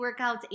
workouts